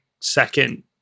second